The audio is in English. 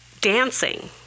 Dancing